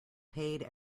paid